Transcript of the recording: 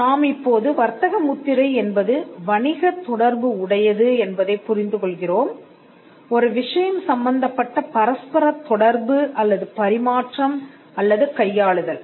நாம் இப்போது வர்த்தக முத்திரை என்பது வணிகத் தொடர்பு உடையது என்பதைப் புரிந்து கொள்கிறோம் ஒரு விஷயம் சம்பந்தப்பட்ட பரஸ்பரத் தொடர்பு அல்லது பரிமாற்றம் அல்லது கையாளுதல்